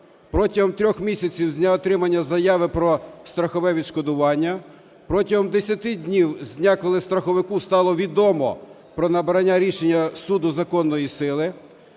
протягом 3 місяців з дня отримання заяви про страхове відшкодування; протягом 10 днів з дня, коли страховику стало відомо про набрання рішення суду законної сили,